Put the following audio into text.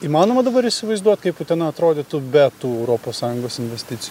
įmanoma dabar įsivaizduot kaip utena atrodytų be tų europos sąjungos investicijų